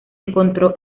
encontró